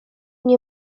nie